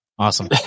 Awesome